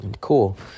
Cool